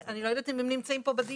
אני לא יודעת אם הם נמצאים פה בדיון.